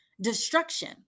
destruction